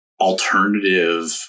alternative